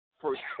first